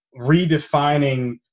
redefining